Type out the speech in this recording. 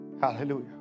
hallelujah